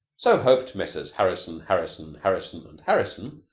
so, hoped messrs. harrison, harrison, harrison and harrison,